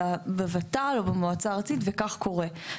אלא בוות"ל או במועצה הארצית וכך קורה.